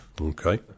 Okay